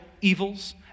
evils